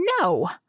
no